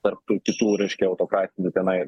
tarp tų kitų reiškia autokratinių tenai